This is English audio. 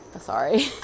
sorry